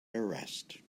arrest